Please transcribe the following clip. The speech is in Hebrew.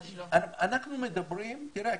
תראה,